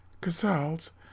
Casals